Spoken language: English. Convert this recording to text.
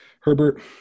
herbert